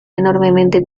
enormemente